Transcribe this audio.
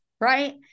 right